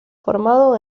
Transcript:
formado